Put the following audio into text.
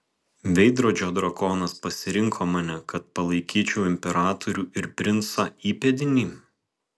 veidrodžio drakonas pasirinko mane kad palaikyčiau imperatorių ir princą įpėdinį